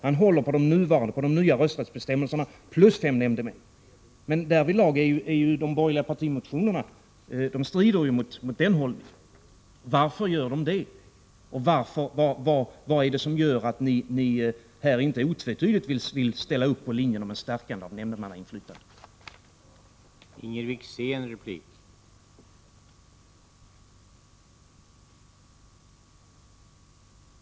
Han håller på de nya rösträttsbestämmelserna men vill ha fem nämndemän. De borgerliga partimotionerna strider mot den hållningen. Varför? Vad är skälet till att ni inte otvetydigt ställer upp för ett stärkande av nämndemannainflytandet?